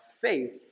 faith